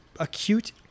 Acute